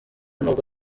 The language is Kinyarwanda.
nubwo